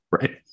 right